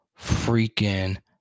freaking